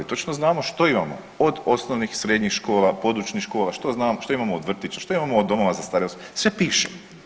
Točno znamo što imamo od osnovnih, srednjih škola, područnih škola, šta znamo, što imamo od vrtića, što imamo od domova za starije osobe, sve piše.